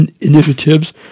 initiatives